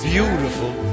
Beautiful